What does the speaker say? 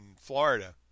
Florida